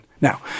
Now